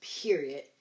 period